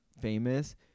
famous